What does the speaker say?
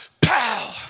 pow